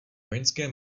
vojenské